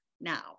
Now